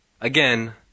again